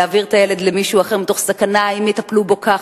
להעביר את הילד למישהו אחר מתוך סכנה אם יטפלו ככה?